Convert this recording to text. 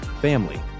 family